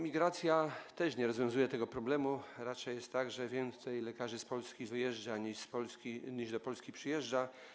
Migracja też nie rozwiązuje tego problemu, raczej jest tak, że więcej lekarzy z Polski wyjeżdża, niż do Polski przyjeżdża.